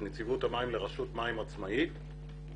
נציבות המים לרשות מים עצמאית